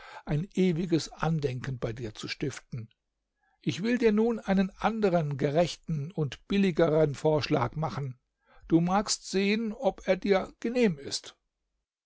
ein ewiges andenken bei dir zu stiften ich will dir nun einen anderen gerechten und billigeren vorschlag machen du magst sehen ob er dir genehm ist